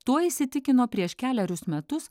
tuo įsitikino prieš kelerius metus